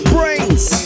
Brains